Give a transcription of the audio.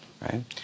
right